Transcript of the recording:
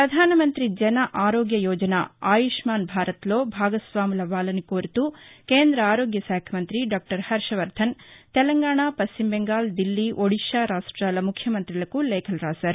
ప్రధాన మంతి జన ఆరోగ్య యోజన ఆయుష్మాన్ భారత్లో భాగస్వాములవ్వాలని కోరుతూ కేంద్ర ఆరోగ్య శాఖ మంత్రి డాక్టర్ హర్షవర్దన్ తెలంగాణ పశ్చిమ బెంగాల్ దిల్లీ ఒడిషా రాష్టాల ముఖ్య మంతులకు లేఖ రాశారు